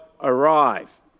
arrive